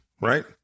right